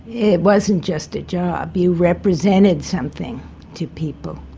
it wasn't just a job, you represented something to people.